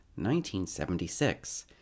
1976